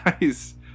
Guys